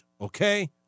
okay